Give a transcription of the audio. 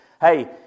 Hey